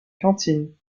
cantine